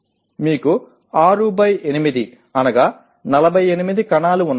మీకు 6x 8 48 కణాలు ఉన్నాయి